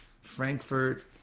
Frankfurt